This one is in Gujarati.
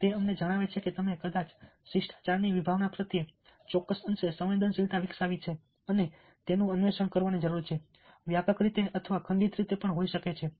તે અમને જણાવે છે કે તમે કદાચ શિષ્ટાચારની વિભાવના પ્રત્યે ચોક્કસ અંશે સંવેદનશીલતા વિકસાવી છે અને તેનું અન્વેષણ કરવાની જરૂર છે તે વ્યાપક રીતે અથવા ખંડિત રીતે પણ હોઈ શકે છે